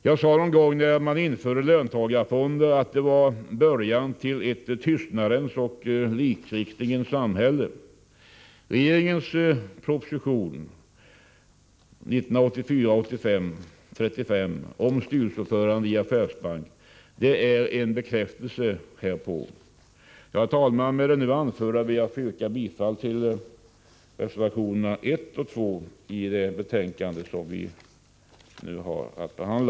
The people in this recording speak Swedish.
Jag sade den gång då löntagarfonderna infördes att detta var början till ett tystnadens och likriktningens samhälle. Regeringens proposition 1984/85:35 om styrelseordförande i affärsbank är en bekräftelse härpå. Herr talman! Med det anförda ber jag att få yrka bifall till reservationerna 1 och 2 i det betänkande som vi nu har att behandla.